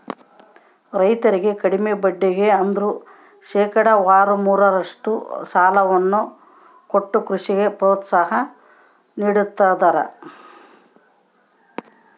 ರೈತರಿಗೆ ಕಡಿಮೆ ಬಡ್ಡಿಗೆ ಅಂದ್ರ ಶೇಕಡಾವಾರು ಮೂರರಷ್ಟು ಸಾಲವನ್ನ ಕೊಟ್ಟು ಕೃಷಿಗೆ ಪ್ರೋತ್ಸಾಹ ನೀಡ್ತದರ